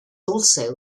also